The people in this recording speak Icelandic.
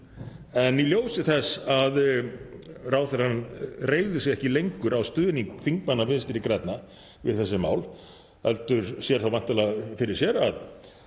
En í ljósi þess að ráðherrann reiðir sig ekki lengur á stuðning þingmanna Vinstri grænna við þessi mál heldur sér væntanlega fyrir sér að